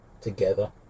together